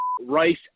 Rice